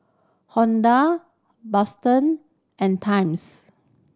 Honda and Times